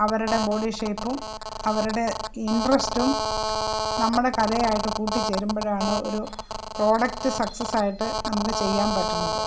അവരുടെ ബോഡി ഷേപ്പും അവരുടെ ഇൻട്രസ്റ്റും നമ്മുടെ കലയായിട്ട് കൂട്ടി ചേരുമ്പോഴാണ് ഒരു പ്രോഡക്ട് സക്സെസ്സായിട്ട് നമുക്ക് ചെയ്യാൻ പറ്റണത്